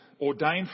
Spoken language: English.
ordained